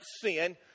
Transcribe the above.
sin